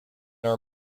are